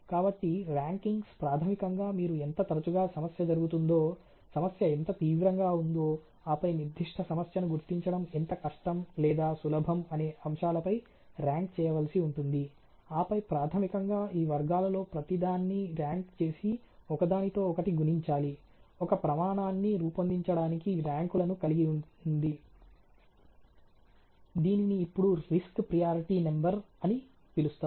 కాబట్టి ర్యాంకింగ్స్ ప్రాథమికంగా మీరు ఎంత తరచుగా సమస్య జరుగుతుందో సమస్య ఎంత తీవ్రంగా ఉందో ఆపై నిర్దిష్ట సమస్యను గుర్తించడం ఎంత కష్టం లేదా సులభం అనే అంశాల పై ర్యాంక్ చేయవలసి ఉంటుంది ఆపై ప్రాథమికంగా ఈ వర్గాలలో ప్రతిదాన్ని ర్యాంక్ చేసి ఒకదానితో ఒకటి గుణించాలి ఒక ప్రమాణాన్ని రూపొందించడానికి ర్యాంకులను కలిగి ఉంది దీనిని ఇప్పుడు రిస్క్ ప్రయారిటీ నెంబర్ అని పిలుస్తారు